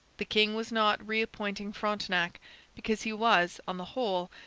the king was not reappointing frontenac because he was, on the whole,